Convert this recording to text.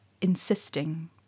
insisting